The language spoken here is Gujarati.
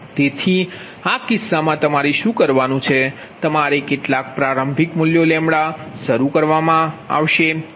તેથી આ કિસ્સામાં તમારે શું કરવાનું છે તમારે કેટલાક પ્રારંભિક મૂલ્યો શરૂ કરવા પડશે